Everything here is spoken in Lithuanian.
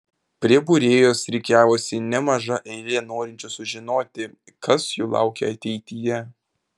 prie būrėjos rikiavosi nemaža eilė norinčių sužinoti kas jų laukia ateityje